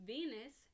Venus